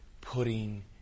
putting